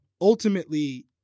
Ultimately